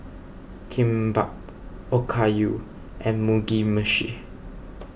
Kimbap Okayu and Mugi Meshi